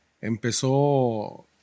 empezó